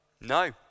No